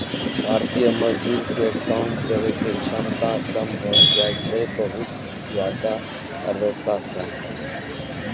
भारतीय मजदूर के काम करै के क्षमता कम होय जाय छै बहुत ज्यादा आर्द्रता सॅ